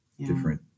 different